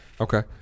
Okay